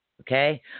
Okay